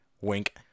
Wink